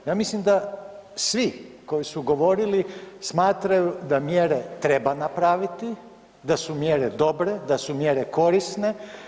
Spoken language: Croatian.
Ja mislim da svi koji su govorili smatraju da mjere treba napraviti, da su mjere dobre, da su mjere korisne.